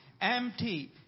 empty